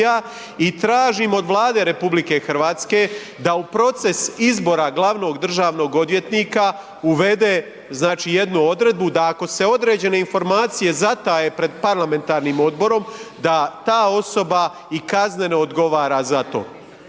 I tražim od Vlade RH da u proces izbora glavnog državnog odvjetnika uvede znači jednu odredbu da ako se određene informacije zataje pred parlamentarnim odborom, da ta osoba i kazneno odgovara za to.